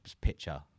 picture